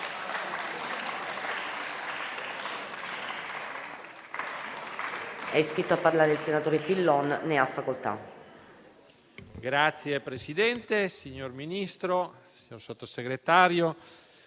Signor Presidente, signor Ministro, signor Sottosegretario,